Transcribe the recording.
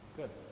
good